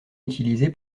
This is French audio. utilisé